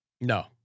No